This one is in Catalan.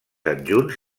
adjunts